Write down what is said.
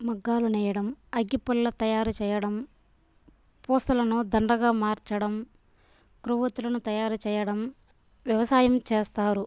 మగ్గాలు నెయ్యడం అగ్గిపుల్ల తయారు చేయడం పూసలను దండగా మార్చడం క్రొవ్వొత్తులను తయారు చేయడం వ్యవసాయం చేస్తారు